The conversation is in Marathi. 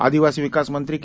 आदिवासी विकास मंत्री के